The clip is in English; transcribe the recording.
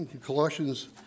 Colossians